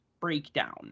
breakdown